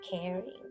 caring